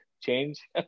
change